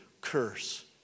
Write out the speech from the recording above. Curse